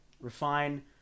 Refine